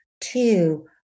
Two